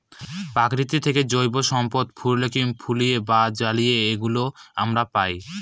প্রকৃতি থেকে জৈব সম্পদ ফুয়েল বা জ্বালানি এগুলো আমরা পায়